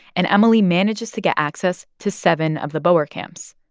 and emily manages to get access to seven of the boer camps.